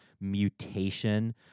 mutation